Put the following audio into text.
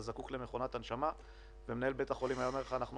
זקוק למכונת הנשמה ומנהל בית החולים היה אומר לך: אנחנו